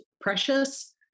precious